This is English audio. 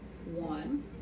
One